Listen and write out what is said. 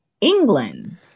England